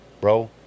bro